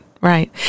right